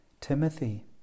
Timothy